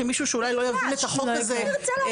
שמישהו שאולי לא יבין את החוק הזה --- חבר'ה,